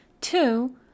Two